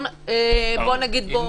בוא נגיד,